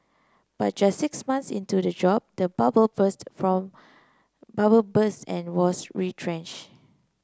but just six months into the job the bubble burst from bubble burst and was retrenched